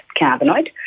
cannabinoid